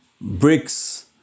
Bricks